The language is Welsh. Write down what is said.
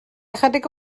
ychydig